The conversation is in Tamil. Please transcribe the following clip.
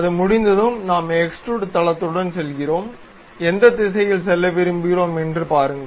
அது முடிந்ததும் நாம் எக்ஸ்டுரூட் தளத்துடன் செல்கிறோம் எந்த திசையில் செல்ல விரும்புகிறோம் என்று பாருங்கள்